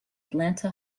atlanta